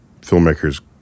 filmmakers